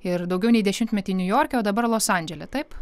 ir daugiau nei dešimtmetį niujorke o dabar los andžele taip